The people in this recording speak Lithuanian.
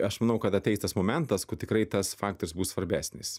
aš manau kad ateis tas momentas kur tikrai tas faktas bus svarbesnis